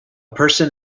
person